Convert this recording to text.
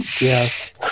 Yes